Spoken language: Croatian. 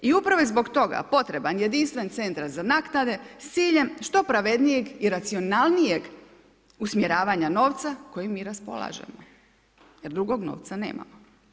I upravo je zbog toga potreban jedinstven centar za naknade s ciljem što pravednijeg i racionalnijeg usmjeravanja novca kojim mi raspolažemo, jer drugog novca nemamo.